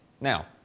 Now